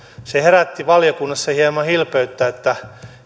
se herätti valiokunnassa hieman hilpeyttä että